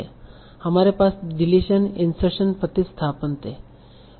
हमारे पास deletion insertion प्रतिस्थापन थे